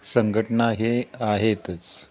संघटना हे आहेतच